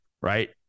right